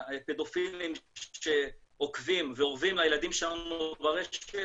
פדופילים שעוקבים ואורבים לילדים שלנו ברשת